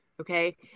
okay